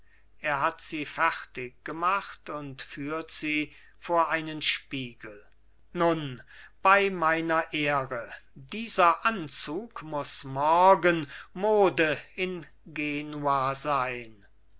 er hat sie fertiggemacht und führt sie vor einen spiegel nun bei meiner ehre dieser anzug muß morgen mode in genua sein